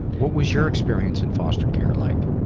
what was your experience in foster care like?